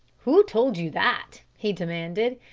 who told you that? he demanded.